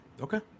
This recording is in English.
Okay